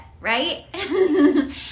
right